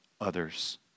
others